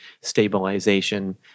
stabilization